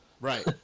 right